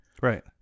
Right